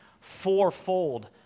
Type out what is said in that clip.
fourfold